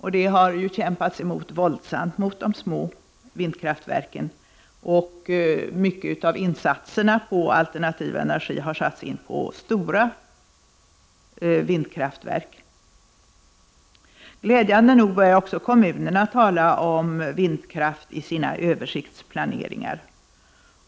Man har ju tidigare våldsamt kämpat emot de små vindkraftverken, och en stor del av insatserna i vad gäller alternativ energi har satts in på stora vindkraftverk. Glädjande nog börjar också kommunerna tala om vindkraft i sina översiktsplaneringar.